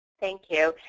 thank you.